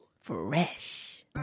Fresh